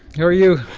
how are you?